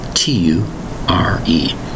T-U-R-E